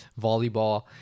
volleyball